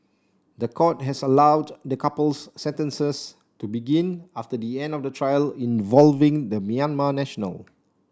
the court has allowed the couple's sentences to begin after the end of the trial involving the Myanmar national